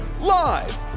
live